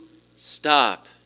stop